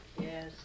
Yes